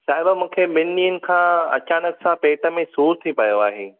साहिब मूंखे ॿिनि ॾींहंनि खां अचानक सां पेट में सूर थी पयो आहे